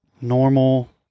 normal